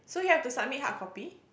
so you have to submit hard copy